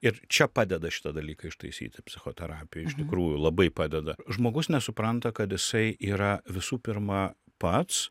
ir čia padeda šitą dalyką ištaisyti psichoterapija iš tikrųjų labai padeda žmogus nesupranta kad jisai yra visų pirma pats